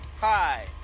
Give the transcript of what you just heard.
Hi